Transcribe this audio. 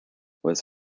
was